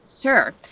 Sure